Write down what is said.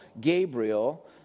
Gabriel